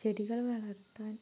ചെടികൾ വളർത്താൻ